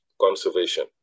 conservation